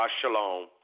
shalom